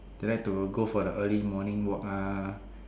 they like to go for the early morning walk ah